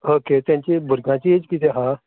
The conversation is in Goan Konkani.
ओके तेंची भुरग्याची एज किदें हा